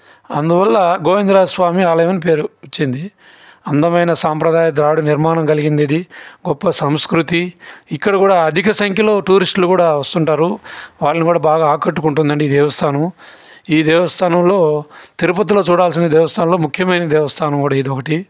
అందువల్ల గోవిందరావు స్వామి ఆలయం పేరు వచ్చింది అందమైన సాంప్రదాయ దాడు నిర్మాణం కలిగింది ఇది గొప్ప సంస్కృతి ఇక్కడ కూడా అధిక సంఖ్యలో టూరిస్టులు కూడా వస్తుంటారు వాళ్ళని కూడా బాగా ఆకట్టుకుంటుంది అండి ఈ దేవస్థానం ఈ దేవస్థానంలో తిరుపతిలో చూడాల్సిన దేవస్థానంలో ముఖ్యమైన దేవస్థానం ఇది ఒకటి